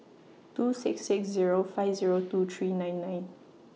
two six six Zero five Zero two three nine nine